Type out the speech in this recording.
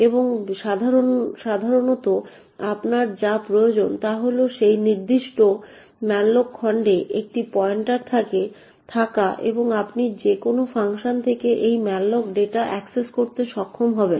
এবং সাধারণত আপনার যা প্রয়োজন তা হল সেই নির্দিষ্ট malloc খণ্ডে একটি পয়েন্টার থাকা এবং আপনি যে কোন ফাংশন থেকে সেই malloc ডেটা অ্যাক্সেস করতে সক্ষম হবেন